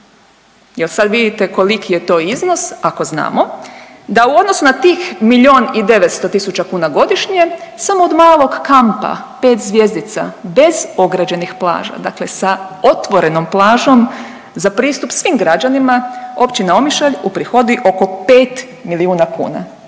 Jel sad vidite koliki je to iznos ako znamo da u odnosu na tih milijun i 900.000 godišnje samo od malog kampa pet zvjezdica bez ograđenih plaža, dakle sa otvorenom plažom za pristup svim građanima Općina Omišalj uprihodi oko pet milijuna kuna.